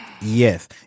yes